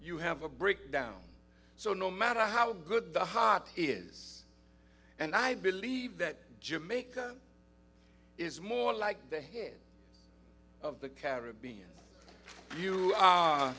you have a breakdown so no matter how good the heart is and i believe that jamaica is more like the head of the caribbean you